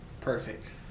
Perfect